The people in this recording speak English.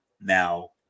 Now